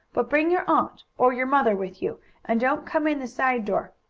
but bring your aunt, or your mother, with you and don't come in the side door.